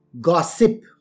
gossip